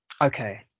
Okay